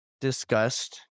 discussed